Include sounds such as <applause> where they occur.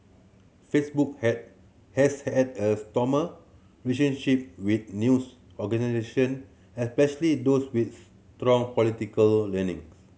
Facebook had has had a stormy <unintelligible> with news organisation especially those with strong political leaning <unintelligible>